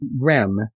Rem